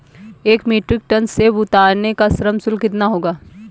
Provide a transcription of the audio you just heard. एक metric ton सेव उतारने का श्रम शुल्क कितना होगा?